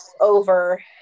over